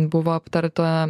buvo aptarta